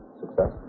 success